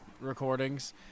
recordings